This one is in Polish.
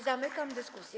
Zamykam dyskusję.